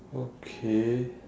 okay